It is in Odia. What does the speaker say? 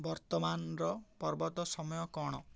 ବର୍ତ୍ତମାନର ପର୍ବତ ସମୟ କ'ଣ